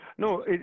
No